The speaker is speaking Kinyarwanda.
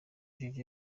jojo